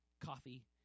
coffee